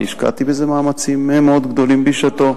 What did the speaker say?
אני השקעתי בזה מאמצים מאוד גדולים בשעתו.